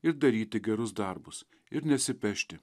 ir daryti gerus darbus ir nesipešti